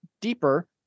deeper